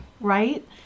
right